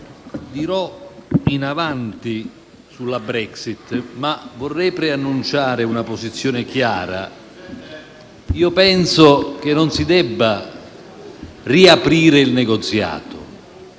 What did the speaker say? dirò più avanti sulla Brexit, ma vorrei preannunciare una posizione chiara: io penso che non si debba riaprire il negoziato,